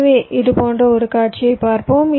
எனவே இது போன்ற ஒரு காட்சியைப் பார்ப்போம்